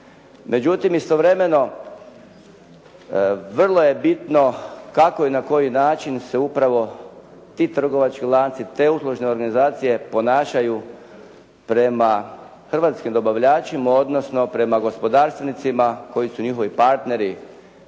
Međutim, istovremeno vrlo je bitno kako i na koji način se upravo ti trgovački lanci, te uslužne organizacije ponašaju prema hrvatskih dobavljačima, odnosno prema gospodarstvenicima koji su njihovi partneri.